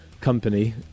company